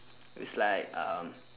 it's like um